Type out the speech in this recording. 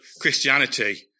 Christianity